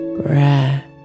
breath